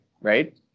right